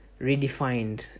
redefined